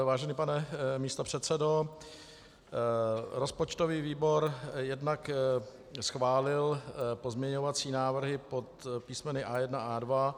Vážený pane místopředsedo, rozpočtový výbor jednak schválil pozměňovací návrhy pod písmeny A1 a A2.